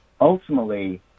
ultimately